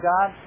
God